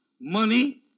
money